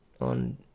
on